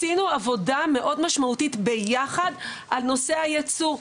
עשינו עבודה מאוד משמעותית ביחד על נושא הייצוא,